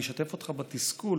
אני אשתף אותך בתסכול,